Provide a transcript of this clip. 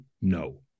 No